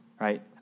right